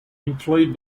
employed